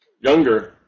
younger